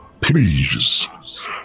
Please